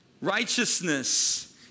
Righteousness